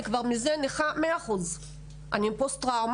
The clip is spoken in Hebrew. אני כבר נכה מזה בגובה של 100% ואני עם פוסט-טראומה.